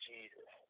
Jesus